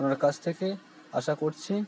ওনার কাছ থেকে আশা করছি